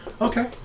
Okay